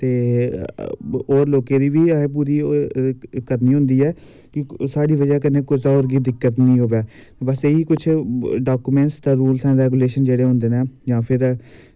ते होर लोकें दी बी असें पूरी करनी होंदी ऐ कि साढ़ी बजह कन्नै कुसै गी होर दिक्कत निं आवै बस इयै किश डॉक्यूमेंट दे रूल्स रेगुलैशन होंदे न जां फिर